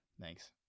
Thanks